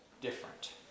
different